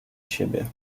siebie